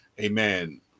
Amen